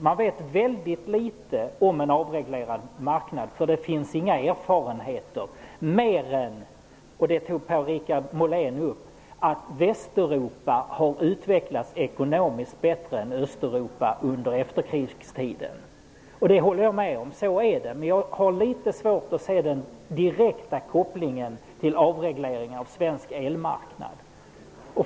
Man vet väldigt litet om en avreglerad marknad. Det finns inga erfarenheter mer än, och det tog Per-Richard Molén upp, att Västeuropa har utvecklats ekonomiskt bättre än Östeuropa under efterkrigstiden. Det håller jag med om. Så är det. Men jag har litet svårt att se den direkta kopplingen till avregleringen av svensk elmarknad.